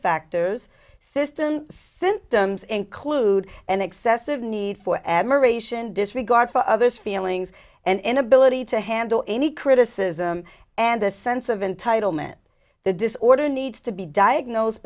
factors system symptoms include an excessive need for admiration disregard for others feelings and inability to handle any criticism and a sense of entitlement the disorder needs to be diagnosed